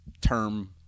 term